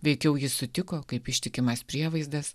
veikiau ji sutiko kaip ištikimas prievaizdas